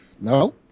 No